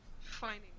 finding